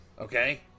okay